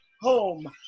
home